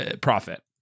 profit